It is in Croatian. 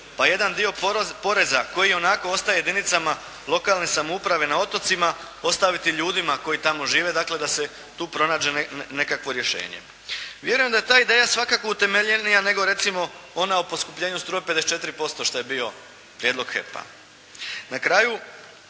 pa jedan dio poreza koji ionako ostaje jedinicama lokalne samouprave na otocima ostaviti ljudima koji tamo žive. Dakle da se tu pronađe nekakvo rješenje. Vjerujem da je ta ideja svakako utemeljenija nego recimo ona o poskupljenju struje 54% što je bio prijedlog HEP-a.